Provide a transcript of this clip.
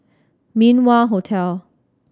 Min Wah Hotel